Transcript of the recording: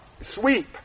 Sweep